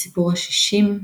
בסיפור השישים,